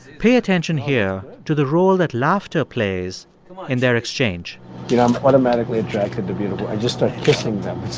pay attention here to the role that laughter plays in their exchange you know, i'm automatically attracted to beautiful i just start kissing them.